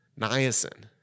niacin